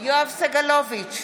יואב סגלוביץ'